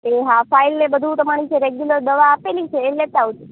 એ હા ફાઇલને બધું તમારી જે રેગ્યુલર દવા આપેલી છે એ લેતાં આવજો